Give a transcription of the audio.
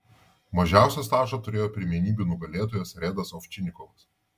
mažiausią stažą turėjo pirmenybių nugalėtojas redas ovčinikovas